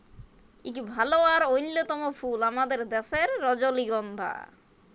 ইক ভাল আর অল্যতম ফুল আমাদের দ্যাশের রজলিগল্ধা